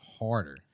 harder